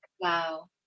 wow